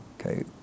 Okay